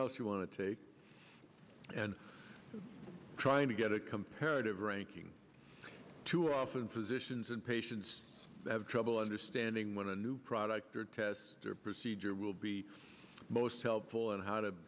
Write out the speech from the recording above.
else you want to take and trying to get a comparative ranking too often physicians and patients have trouble understanding when a new product or test or procedure will be most helpful in how to